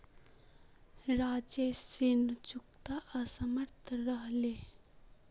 राजेश ऋण चुकव्वात असमर्थ रह ले